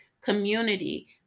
community